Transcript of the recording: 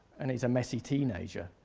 and he's a messy teenager.